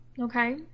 Okay